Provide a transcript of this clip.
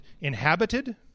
inhabited